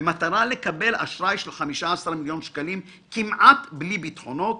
במטרה לקבל אשראי של 15 מיליון שקל 800 אלף - כמעט בלי ביטחונות